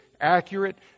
accurate